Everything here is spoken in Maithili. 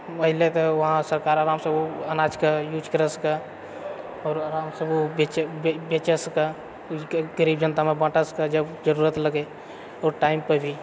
ऐलै तऽ वहाँ सरकार आरामसँ ओ अनाजके यूज करए सकए आओर आरामसँ ओ बेचए बेचए सकए गरीब जनतामे बँटए सकए जब जरूरत लगए आओर टाइम पऽ भी